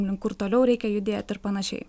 link kur toliau reikia judėt ir panašiai